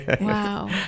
Wow